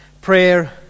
Prayer